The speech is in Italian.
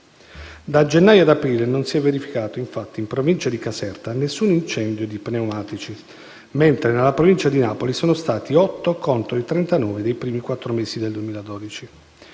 da gennaio ad aprile non si è verificato infatti in Provincia di Caserta nessun incendio di pneumatici, mentre nella Provincia di Napoli sono stati otto contro i 39 dei primi quattro mesi del 2012.